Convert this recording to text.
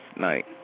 night